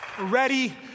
ready